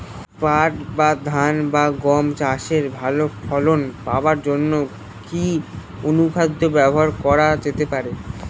পাট বা ধান বা গম চাষে ভালো ফলন পাবার জন কি অনুখাদ্য ব্যবহার করা যেতে পারে?